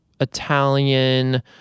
Italian